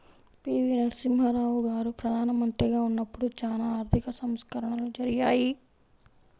పి.వి.నరసింహారావు గారు ప్రదానమంత్రిగా ఉన్నపుడు చానా ఆర్థిక సంస్కరణలు జరిగాయి